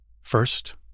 First